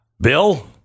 Bill